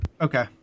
okay